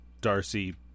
darcy